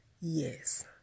Yes